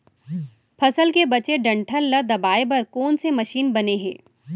फसल के बचे डंठल ल दबाये बर कोन से मशीन बने हे?